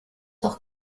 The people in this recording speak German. doch